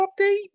update